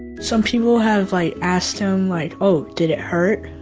some people have like asked him like oh, did it hurt,